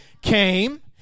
Came